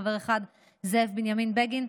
חבר אחד: זאב בנימין בגין,